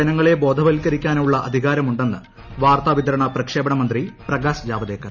ജനങ്ങളെ ബോധവൽക്കരിക്കാനുള്ള അധികാരമുണ്ടെന്ന് വാർത്താ വിതരണ പ്രക്ഷേപണ മന്ത്രി പ്രകാശ് ജാവ്ദേക്കർ